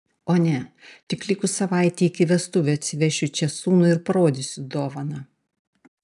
o ne tik likus savaitei iki vestuvių atsivešiu čia sūnų ir parodysiu dovaną